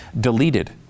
Deleted